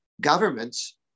governments